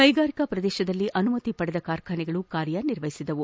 ಕೈಗಾರಿಕಾ ಪ್ರದೇಶದಲ್ಲಿ ಅನುಮತಿ ಪಡೆದ ಕಾರ್ಖಾನೆಗಳು ಕಾರ್ಯ ನಿರ್ವಹಿಸಿದವು